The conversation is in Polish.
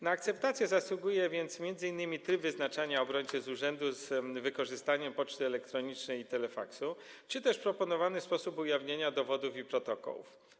Na akceptację zasługuje m.in. tryb wyznaczania obrońcy z urzędu z wykorzystaniem poczty elektronicznej i telefaksu czy też proponowany sposób ujawnienia dowodów i protokołów.